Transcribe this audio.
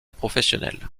professionnel